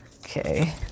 Okay